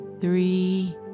three